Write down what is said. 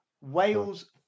Wales